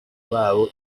babo